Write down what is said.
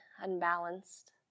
unbalanced